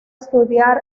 estudiar